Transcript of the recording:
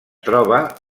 troba